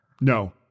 No